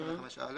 25א